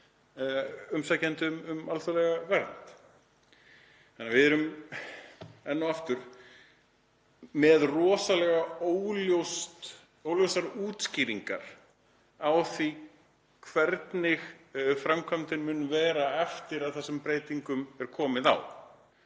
umsækjandi um alþjóðlega vernd. Við erum enn og aftur með rosalega óljósar útskýringar á því hvernig framkvæmdin mun verða eftir að þessum breytingum verður komið á,